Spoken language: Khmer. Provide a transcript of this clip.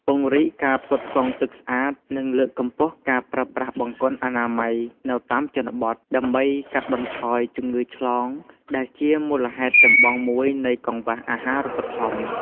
ពង្រីកការផ្គត់ផ្គង់ទឹកស្អាត និងលើកកម្ពស់ការប្រើប្រាស់បង្គន់អនាម័យនៅតាមជនបទ ដើម្បីកាត់បន្ថយជំងឺឆ្លងដែលជាមូលហេតុចម្បងមួយនៃកង្វះអាហារូបត្ថម្ភ។